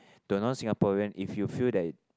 the non Singaporean if you feel that